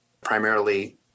primarily